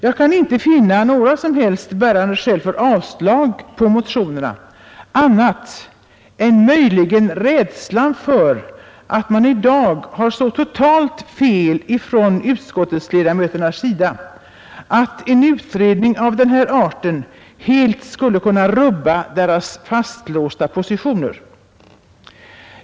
Jag kan inte finna några som helst bärande skäl för avslag på motionerna annat än möjligen rädsla för att försvarsutskottets ledamöter i dag har så totalt fel att en utredning av denna art helt kunde rubba deras fastlåsta positioner.